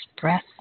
breath